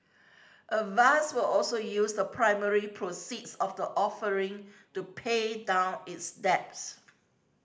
avast will also use the primary proceeds of the offering to pay down its debts